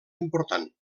important